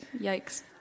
Yikes